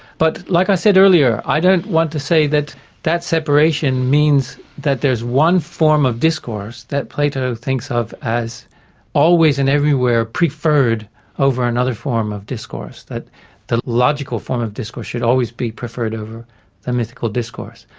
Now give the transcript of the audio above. but like i said earlier, i don't want to say that that separation means that there's one form of discourse that plato thinks of as always and everywhere preferred over another form of discourse, that the logical form of discourse should always be preferred over the mythical discourse.